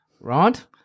right